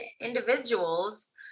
individuals